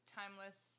timeless